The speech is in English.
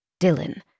Dylan